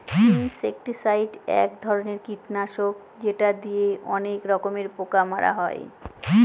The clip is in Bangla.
ইনসেক্টিসাইড এক ধরনের কীটনাশক যেটা দিয়ে অনেক রকমের পোকা মারা হয়